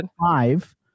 five